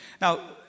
Now